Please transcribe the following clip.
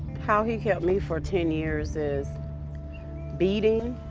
how he kept me for ten years is beating,